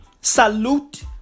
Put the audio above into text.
Salute